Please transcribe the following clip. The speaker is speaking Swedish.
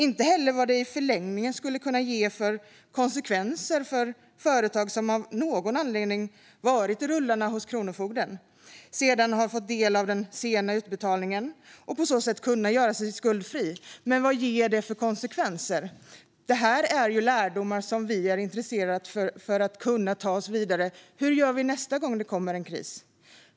Man vet heller inte vad det i förlängningen skulle kunna få för konsekvenser för företag som av någon anledning varit i kronofogdens rullor men som sedan fått del av den sena utbetalningen och på så sätt kunnat göra sig skuldfria. Detta är lärdomar som vi är intresserade av för att vi ska kunna ta oss vidare och veta hur vi ska göra nästa gång när det kommer en kris.